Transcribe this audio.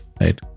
right